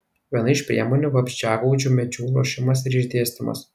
viena iš priemonių vabzdžiagaudžių medžių ruošimas ir išdėstymas